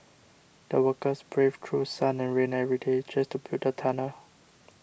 the workers braved through sun and rain every day just to build the tunnel